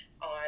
on